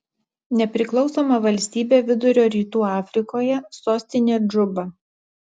nepriklausoma valstybė vidurio rytų afrikoje sostinė džuba